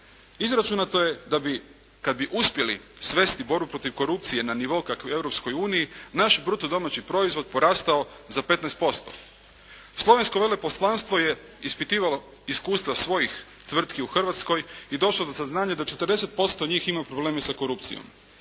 Izračunato je da bi kad bi uspjeli svesti borbu protiv korupcije na nivo kakav je u Europskoj uniji, naš bruto domaći proizvod porastao za 15%. Slovensko veleposlanstvo je ispitivalo iskustva svojih tvrtki u Hrvatskoj i došlo do saznanja da 40% njih ima problema sa korupcijom.